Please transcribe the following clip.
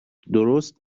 درست